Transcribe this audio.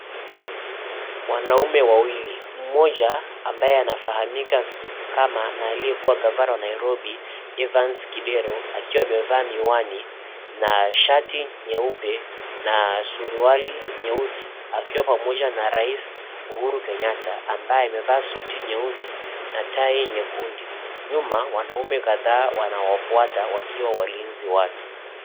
Wanaume wawili, mmoja ambaye anafahamika kama na aliyekuwa gavana wa Nairobi, Evans Kidero akiwa amevaa miwani na shati nyeupe na suruali nyeusi akiwa pamoja na rais, Uhuru Kenyatta ambaye amevaa suti nyeusi na tai nyekundu. Nyuma wanaume kadhaa wanawafuata wakiwa walinzi wake.